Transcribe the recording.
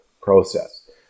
process